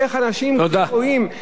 איך אנשים רואים, תודה.